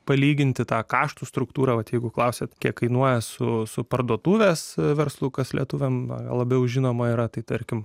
palyginti tą kašto struktūrą vat jeigu klausiate kiek kainuoja su parduotuvės verslu kas lietuviams dar labiau žinoma yra tai tarkim